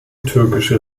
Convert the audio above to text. türkische